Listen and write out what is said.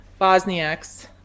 Bosniaks